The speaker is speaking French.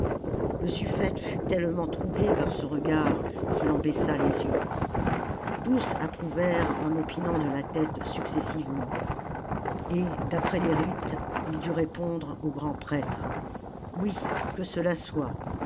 le suffte fut tellement troublé par ce regard qu'il en baissa les yeux tous approuvèrent en opinant de la tête successivement et d'après les rites il dut répondre au grand-prêtre oui que cela soit